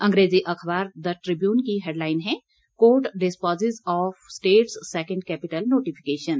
अंग्रेजी अखबार the Tribune की हैडलाईन है court disposes of states second capital notification